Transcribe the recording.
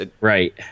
right